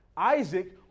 Isaac